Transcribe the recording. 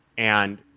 and